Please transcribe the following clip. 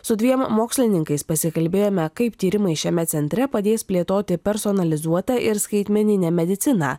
su dviem mokslininkais pasikalbėjome kaip tyrimai šiame centre padės plėtoti personalizuotą ir skaitmeninę mediciną